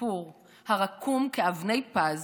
סיפור הרקום כאבני פז